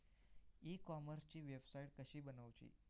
E कॉमर्सची website कशी बनवची?